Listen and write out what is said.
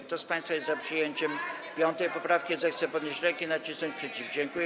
Kto z państwa jest za przyjęciem 5. poprawki, zechce podnieść rękę i nacisnąć przycisk.